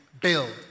build